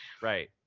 Right